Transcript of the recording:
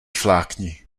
flákni